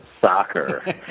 Soccer